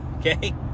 okay